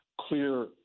clear